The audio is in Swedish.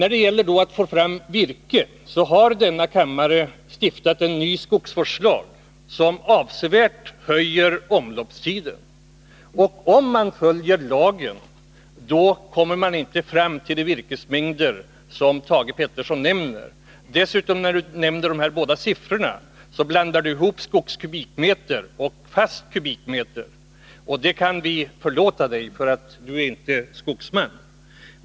För att få fram virke har riksdagen stiftat en ny skogsvårdslag, som avsevärt höjer omloppstiden. Men om man följer lagen kommer man inte fram till de virkesmängder som Thage Peterson nämner. Dessutom blandar han ihop skogskubikmeter och fast kubikmeter. Det kan vi förlåta honom, för han är inte skogsman.